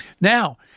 Now